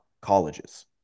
colleges